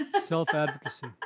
Self-advocacy